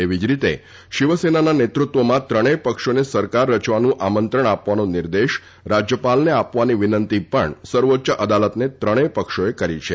એવી જ રીતે શિવસેનાના નેતૃત્વમાં ત્રણેય પક્ષોને સરકાર રચવાનું આમંત્રણ આપવાનો નિર્દેશ રાજ્યપાલને આપવાની વિનંતી પણ સર્વોચ્ય અદાલતને ત્રણેય પક્ષોએ કરી છે